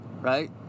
right